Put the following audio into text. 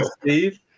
Steve